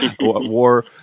war